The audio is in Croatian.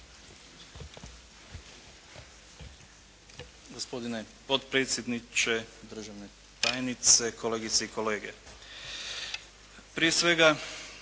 Gospodine potpredsjedniče, državni tajnici, kolegice i kolege. Prije svega